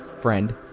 friend